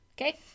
okay